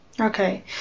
Okay